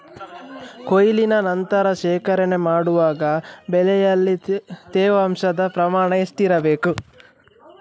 ಕೊಯ್ಲಿನ ನಂತರ ಶೇಖರಣೆ ಮಾಡುವಾಗ ಬೆಳೆಯಲ್ಲಿ ತೇವಾಂಶದ ಪ್ರಮಾಣ ಎಷ್ಟು ಇರಬೇಕು?